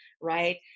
right